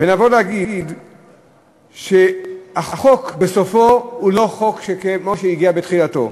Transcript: ונבוא ונגיד שהחוק בסופו הוא לא חוק כמו שהגיע בתחילתו.